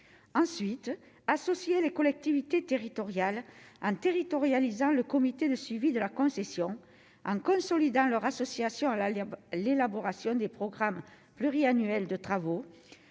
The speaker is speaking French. ensuite associer les collectivités territoriales en territorialisant le comité de suivi de la concession en consolidant leur association à la lire, l'élaboration des programmes pluriannuels de travaux